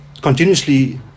continuously